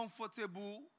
comfortable